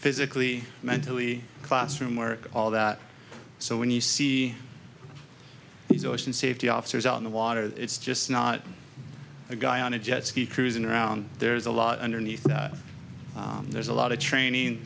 physically mentally classroom work all that so when you see these ocean safety officers out in the water it's just not a guy on a jet ski cruising around there's a lot underneath there's a lot of training